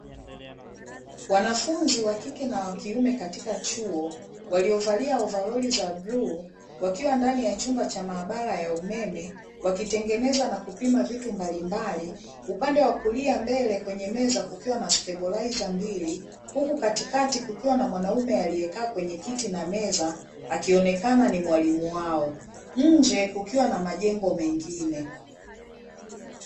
Wanafunzi wa kike na wa kiume katika chuo, waliovalia ovaroli za bluu wakiwa ndani ya chumba cha maabara ya umeme, wakitengeneza na kupima vitu mbalimbali upande wa kulia mbele kwenye meza kukiwa na stebolaiza mbili, huku katikati kukiwa na mwanaume aliyekaa kwenye kiti na meza akionekana ni mwalimu wao. Nje kukiwa na majengo mengine.